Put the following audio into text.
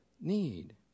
need